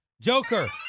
Joker